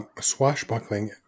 swashbuckling